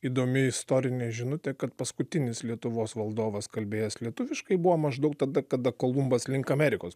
įdomi istorinė žinutė kad paskutinis lietuvos valdovas kalbėjęs lietuviškai buvo maždaug tada kada kolumbas link amerikos